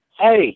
Hey